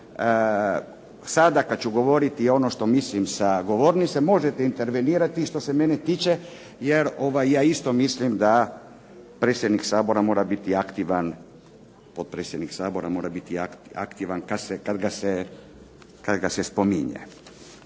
sada kada ću govoriti ono što mislim sa govornice možete intervenirati što se mene tiče jer ja isto mislim da predsjednik Sabora mora biti, potpredsjednik